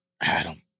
Adam